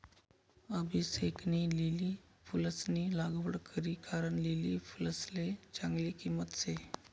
अभिषेकनी लिली फुलंसनी लागवड करी कारण लिली फुलसले चांगली किंमत शे